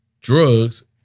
drugs